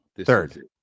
Third